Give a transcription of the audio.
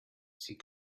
sie